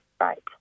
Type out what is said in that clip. right